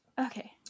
Okay